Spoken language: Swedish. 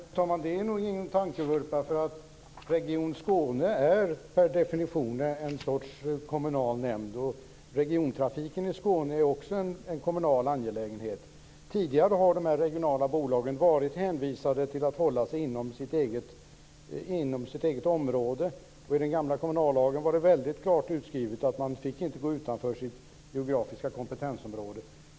Fru talman! Det är nog ingen tankevurpa, därför att Region Skåne är per definition en sorts kommunal nämnd. Regiontrafiken i Skåne är också en kommunal angelägenhet. Tidigare har de här regionala bolagen varit hänvisade till att hålla sig inom sitt eget område. I den gamla kommunallagen var det väldigt klart utskrivet att man inte fick gå utanför sitt geografiska kompetensområde.